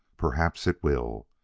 perhaps it will.